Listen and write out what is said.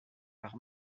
par